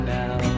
now